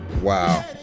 Wow